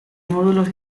módulos